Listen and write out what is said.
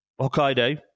hokkaido